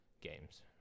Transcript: games